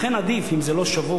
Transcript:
לכן, עדיף, אם זה לא שבור,